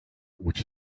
which